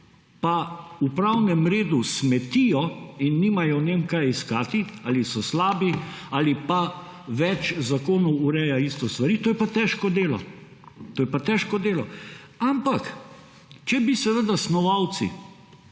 pa v pravnem redu smetijo in nimajo v njem kaj iskati, ali so slabi ali pa več zakonov ureja iste stvari, to je pa težko delo. Ampak, če bi seveda snovalci,